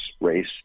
race